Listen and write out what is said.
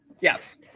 Yes